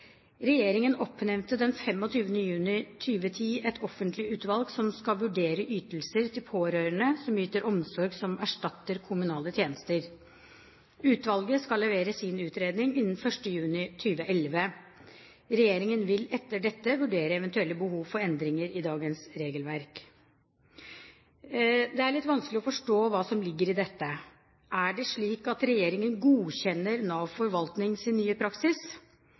oppnevnte den 25. juni 2010 et offentlig utvalg som skal vurdere ytelser til pårørende som yter omsorg som erstatter kommunale tjenester. Utvalget skal levere sin utredning innen 1. juni 2011. Regjeringen vil etter dette vurdere eventuelle behov for endringer i dagens regelverk.» Det er litt vanskelig å forstå hva som ligger i dette. Er det slik at regjeringen godkjenner Nav Forvaltnings nye praksis?